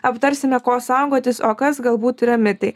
aptarsime ko saugotis o kas galbūt yra mitai